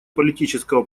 политического